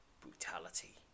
brutality